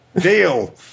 Deal